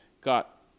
got